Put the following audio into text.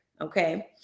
Okay